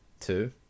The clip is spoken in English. Two